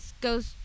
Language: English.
goes